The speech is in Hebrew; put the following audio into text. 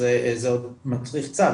אז זה מצריך צו.